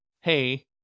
hey